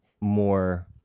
more